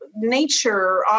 nature